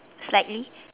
slightly